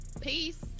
Peace